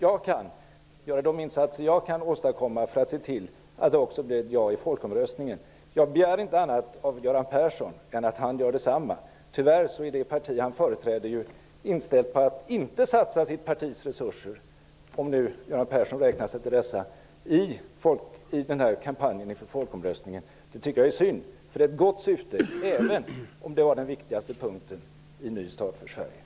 Jag kommer att göra de insatser jag kan för att se till att det också blir ett ja i folkomröstningen. Jag begär inte annat av Göran Persson än att han gör detsamma. Tyvärr är det parti han företräder inställt på att inte satsa sitt partis resurser, om nu Göran Persson räknar sig till dessa, på kampanjen inför folkomröstningen. Det tycker jag är synd, för det är ett gott syfte även om det var den viktigaste punkten i Ny start för Sverige.